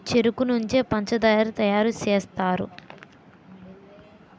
చెరుకు నుంచే పంచదార తయారు సేస్తారు